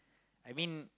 I mean